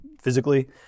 physically